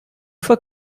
fois